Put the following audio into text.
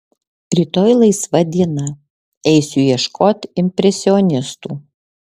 rytoj laisva diena eisiu ieškot impresionistų